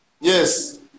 Yes